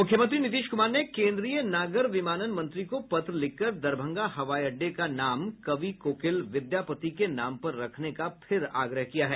मुख्यमंत्री नीतीश कुमार ने केन्द्रीय नागर विमानन मंत्री को पत्र लिखकर दरभंगा हवाई अड्डे का नाम कवि कोकिल विद्यापति के नाम पर रखने का फिर आग्रह किया है